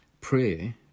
prayer